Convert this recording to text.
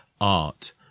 art